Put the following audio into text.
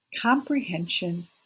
Comprehension